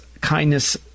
kindness